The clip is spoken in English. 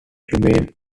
remained